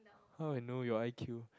how I know your I_Q